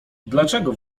dlaczego